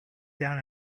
down